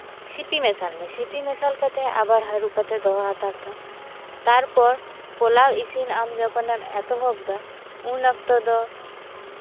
ᱥᱤᱯᱤ ᱢᱮᱥᱟᱞ ᱢᱮ ᱥᱤᱯᱤ ᱢᱮᱥᱟᱞ ᱠᱟᱛᱮᱫ ᱟᱵᱟᱨ ᱦᱟᱹᱨᱩᱵ ᱠᱟᱛᱮᱫ ᱫᱚᱦᱚ ᱦᱟᱛᱟᱲ ᱠᱟᱜ ᱢᱮ ᱛᱟᱨᱯᱚᱨ ᱯᱳᱞᱟᱣ ᱤᱥᱤᱱ ᱟᱢ ᱡᱚᱠᱷᱚᱱᱮᱢ ᱮᱛᱚᱦᱚᱵ ᱮᱫᱟ ᱩᱱ ᱚᱠᱛᱚ ᱫᱚ